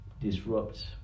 disrupt